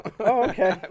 okay